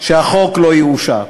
שהחוק לא יאושר.